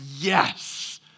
yes